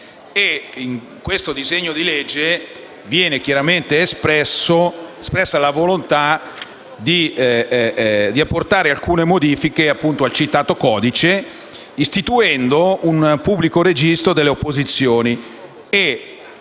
Nel disegno di legge in esame viene chiaramente espressa la volontà di apportare alcune modifiche al citato codice, istituendo un pubblico registro delle opposizioni,